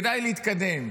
כדאי להתקדם.